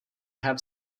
have